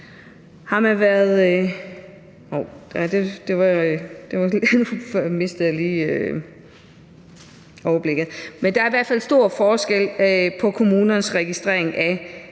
der er altså stor forskel på kommunernes registrering af